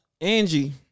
Angie